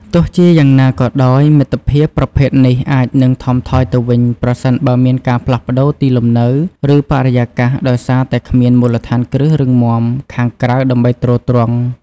ទោះជាយ៉ាងណាក៏ដោយ មិត្តភាពប្រភេទនេះអាចនឹងថមថយទៅវិញ ប្រសិនបើមានការផ្លាស់ប្តូរទីលំនៅ ឬបរិយាកាស ដោយសារតែគ្មានមូលដ្ឋានគ្រឹះរឹងមាំខាងក្រៅដើម្បីទ្រទ្រង់។